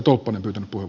olkaa hyvä